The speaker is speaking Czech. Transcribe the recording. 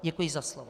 Děkuji za slovo.